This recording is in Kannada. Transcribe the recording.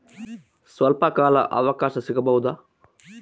ಸ್ವಲ್ಪ ಕಾಲ ಅವಕಾಶ ಸಿಗಬಹುದಾ?